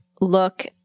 look